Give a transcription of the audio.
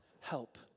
help